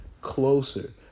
closer